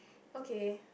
okay